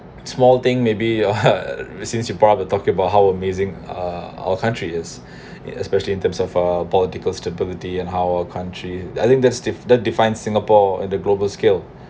small thing maybe since you brought talking about how amazing uh our country is it especially in terms of uh political stability and how our country I think that's that defines singapore at the global scale